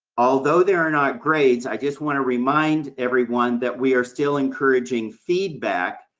although there are not grades, i just want to remind everyone that we are still encouraging feedback,